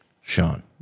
Sean